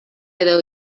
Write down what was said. edo